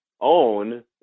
own